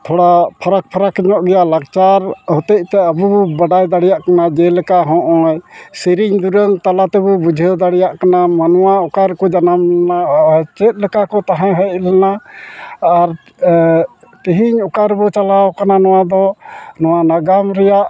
ᱛᱷᱚᱲᱟ ᱯᱷᱟᱨᱟᱠ ᱯᱷᱟᱨᱟᱠ ᱧᱚᱜ ᱜᱮᱭᱟ ᱞᱟᱠᱪᱟᱨ ᱦᱚᱛᱮᱡ ᱛᱮ ᱟᱵᱚ ᱵᱚ ᱵᱟᱰᱟᱭ ᱫᱟᱲᱮᱭᱟᱜ ᱠᱟᱱᱟ ᱡᱮᱞᱮᱠᱟ ᱦᱚᱜᱼᱚᱸᱭ ᱥᱮᱨᱮᱧ ᱫᱩᱨᱟᱹᱝ ᱛᱟᱞᱟᱛᱮᱵᱚ ᱵᱩᱡᱷᱟᱹᱣ ᱫᱟᱲᱮᱭᱟᱜ ᱠᱟᱱᱟ ᱢᱟᱱᱣᱟ ᱚᱠᱟ ᱨᱮᱠᱚ ᱡᱟᱱᱟᱢ ᱞᱮᱱᱟ ᱟᱨ ᱪᱮᱫ ᱞᱮᱠᱟ ᱠᱚ ᱛᱟᱦᱮᱸ ᱦᱮᱡ ᱞᱮᱱᱟ ᱟᱨ ᱛᱮᱦᱮᱧ ᱚᱠᱟ ᱨᱮᱵᱚ ᱪᱟᱞᱟᱣ ᱠᱟᱱᱟ ᱱᱚᱣᱟ ᱫᱚ ᱱᱚᱣᱟ ᱱᱟᱜᱟᱢ ᱨᱮᱭᱟᱜ